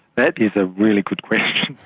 that is a really good question.